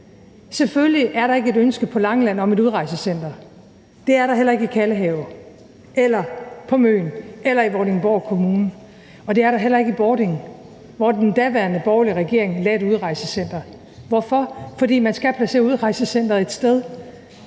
Selvfølgelig er der ikke et ønske på Langeland om et udrejsecenter, det er der heller ikke i Kalvehave eller på Fyn eller i Vordingborg Kommune, og det er der heller ikke i Bording, hvor den daværende borgerlige regering lagde et udrejsecenter. Hvorfor? Fordi man skal placere udrejsecenteret et sted.